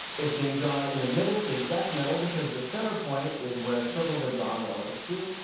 it's being drawn in the middle, the exact middle, because the center point is where circles are drawn relative to.